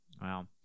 Wow